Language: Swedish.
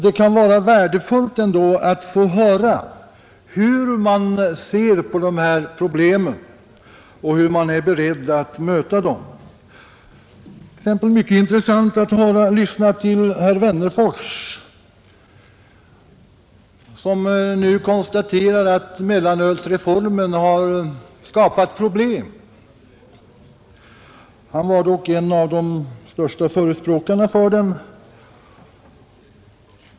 Det kan vara värdefullt att få höra hur man ser på dessa problem och hur man är beredd att möta dem. Det var mycket intressant att lyssna till herr Wennerfors, som nu konstaterade att mellanölsreformen har skapat problem. Han var dock en av de största förespråkarna för den.